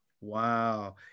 Wow